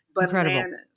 Incredible